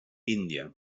índia